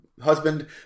husband